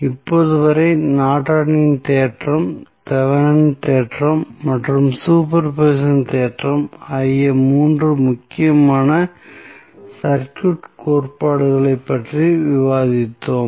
இப்போது வரை நார்டனின் தேற்றம் Nortons theorem தெவெனினின் தேற்றம் Thevenins theorem மற்றும் சூப்பர் போசிஷன் தேற்றம் ஆகிய 3 முக்கியமான சர்க்யூட் கோட்பாடுகளைப் பற்றி விவாதித்தோம்